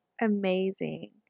Amazing